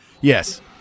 yes